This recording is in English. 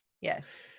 Yes